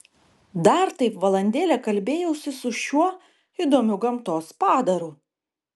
dar taip valandėlę kalbėjausi su šiuo įdomiu gamtos padaru